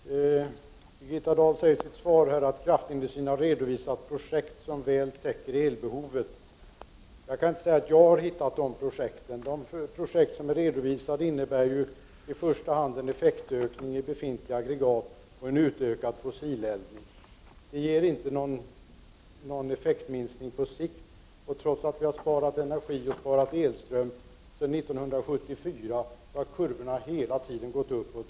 Herr talman! Birgitta Dahl säger i sitt svar att kraftindustrin har redovisat projekt som väl täcker elbehovet. Jag kan inte säga att jag har hittat dessa projekt. De redovisade projekten innebär ju i första hand en effektökning i befintliga aggregat och en utökad eldning med fossila bränslen. Detta ger inte någon effektminskning på sikt. Trots att vi har sparat energi och elström sedan 1974 har kurvorna hela tiden gått uppåt.